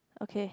okay